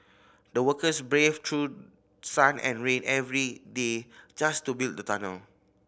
the workers braved through sun and rain every day just to build the tunnel